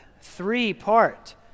three-part